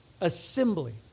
Assembly